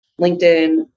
LinkedIn